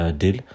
deal